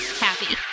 happy